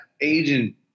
agent